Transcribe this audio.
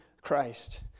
Christ